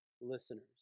listeners